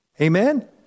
Amen